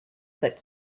that